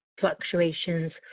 fluctuations